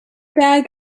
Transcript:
bad